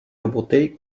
roboty